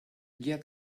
get